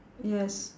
yes